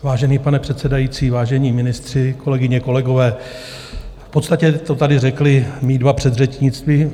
Vážený pane předsedající, vážení ministři, kolegyně, kolegové, v podstatě to tady řekli moji dva předřečníci.